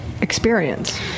experience